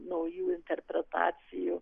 naujų interpretacijų